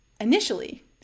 initially